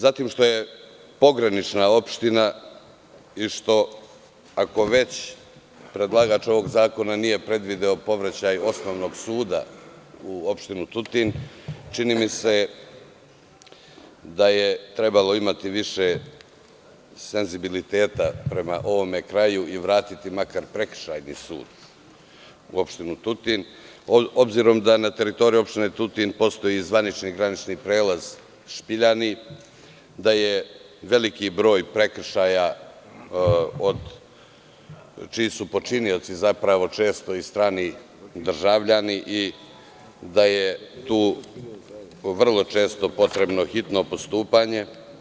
Zatim, što je pogranična opština i što, ako već predlagač ovog zakona nije predvideo povraćaj osnovnog suda u opštinu Tutin, čini mi se da je trebalo imati više senzibiliteta prema ovom kraju i vratiti makar prekršajni sud u opštinu Tutin, obzirom da na teritoriji opštine Tutin postoji i zvanični granični prelaz Špiljani, da je veliki broj prekršaja čiji su počinioci zapravo često i strani državljani i da je tu vrlo često potrebno hitno postupanje.